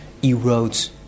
erodes